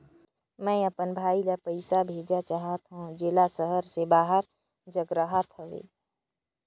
मैं अपन भाई ल पइसा भेजा चाहत हों, जेला शहर से बाहर जग रहत हवे